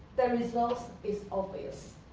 the results is obvious,